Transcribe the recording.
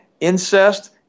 incest